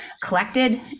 collected